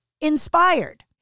inspired